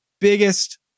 biggest